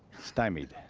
stymied.